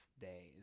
days